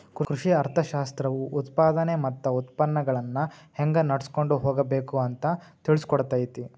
ಕೃಷಿ ಅರ್ಥಶಾಸ್ತ್ರವು ಉತ್ಪಾದನೆ ಮತ್ತ ಉತ್ಪನ್ನಗಳನ್ನಾ ಹೆಂಗ ನಡ್ಸಕೊಂಡ ಹೋಗಬೇಕು ಅಂತಾ ತಿಳ್ಸಿಕೊಡತೈತಿ